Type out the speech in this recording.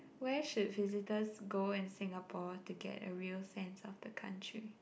where should visitors go in Singapore to get a real sense of the country